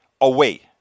away